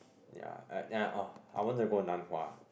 ya then I uh I wanted to go Nan-Hua